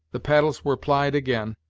the paddles were plied again,